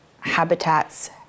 habitats